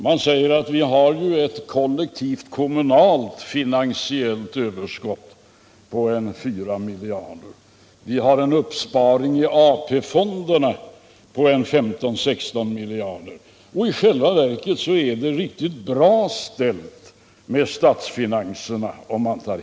Man säger: Vi har ju ett kollektivt och kommunalt finansiellt överskott på ca 4 miljarder, och vi har en uppsparing i AP-fonderna på 15-16 miljarder. Om man tar hänsyn till detta är det i själva verket riktigt bra ställt med statsfinanserna.